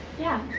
yeah.